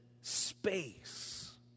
space